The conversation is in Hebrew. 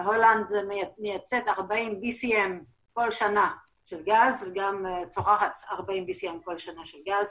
הולנד מייצאת 40 BCM כל שנה של גז וגם צורכת 40 BCM של גז,